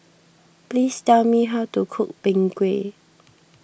please tell me how to cook Png Kueh